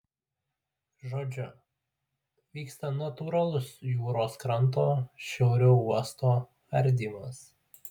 žodžiu vyksta natūralus jūros kranto šiauriau uosto ardymas